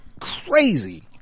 crazy